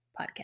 podcast